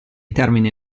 termini